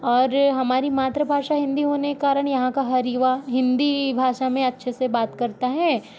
और हमारी मातृभाषा हिन्दी होने का कारण यहाँ का हर युवा हिन्दी भाषा मे अच्छे से बात करता है